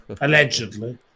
allegedly